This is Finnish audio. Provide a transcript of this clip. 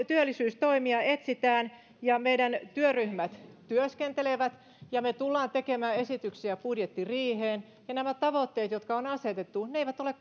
työllisyystoimia etsitään ja meidän työryhmämme työskentelevät ja me tulemme tekemään esityksiä budjettiriiheen nämä tavoitteet jotka on asetettu eivät ole